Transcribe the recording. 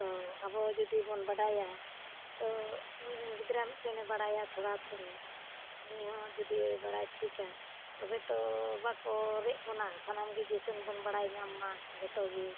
ᱛᱚ ᱟᱵᱚ ᱡᱩᱫᱤᱵᱚᱱ ᱵᱟᱰᱟᱭᱟ ᱛᱚ ᱤᱧᱨᱮᱱ ᱜᱤᱫᱽᱨᱟᱹ ᱢᱤᱫᱴᱮᱱᱮ ᱵᱟᱲᱟᱭᱟ ᱛᱷᱚᱲᱟ ᱛᱷᱚᱲᱤ ᱩᱱᱤᱦᱚᱸ ᱡᱩᱫᱤ ᱵᱟᱲᱟᱭ ᱴᱷᱤᱠᱟ ᱛᱚᱵᱮ ᱛᱚ ᱵᱟᱠᱚ ᱨᱮᱡ ᱵᱚᱱᱟ ᱥᱟᱱᱟᱢ ᱜᱮ ᱡᱤᱥᱚᱱ ᱵᱚᱱ ᱵᱟᱲᱟᱭ ᱧᱟᱢ ᱢᱟ ᱡᱚᱛᱚ ᱜᱮ